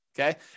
Okay